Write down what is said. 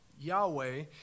Yahweh